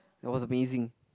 that was amazing